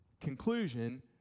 Conclusion